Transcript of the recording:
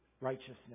righteousness